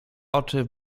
oczy